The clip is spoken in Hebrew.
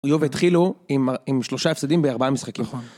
היו והתחילו עם שלושה הפסדים בארבעה משחקים.